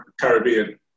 Caribbean